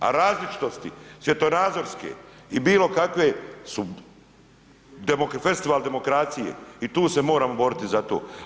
A različitosti svjetonazorske i bilo kakve su festival demokracije i tu se moramo boriti za to.